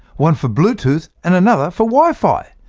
one for bluetooth and another for wifi.